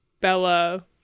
Bella